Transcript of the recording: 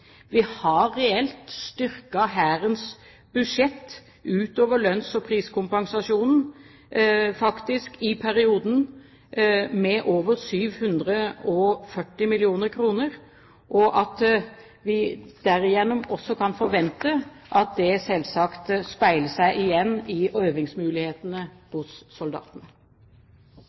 vi har i perioden faktisk reelt styrket Hærens budsjett utover lønns- og priskompensasjonen med over 740 mill. kr. Derigjennom kan vi også forvente at det selvsagt speiler seg igjen i